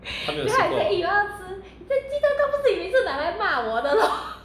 她没有吃过啊